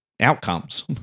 outcomes